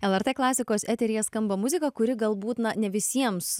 lrt klasikos eteryje skamba muzika kuri galbūt na ne visiems